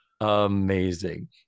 amazing